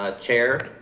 ah chair,